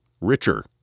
richer